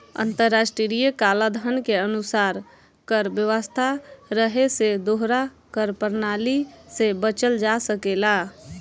अंतर्राष्ट्रीय कलाधन के अनुसार कर व्यवस्था रहे से दोहरा कर प्रणाली से बचल जा सकेला